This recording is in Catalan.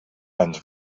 ens